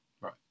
Right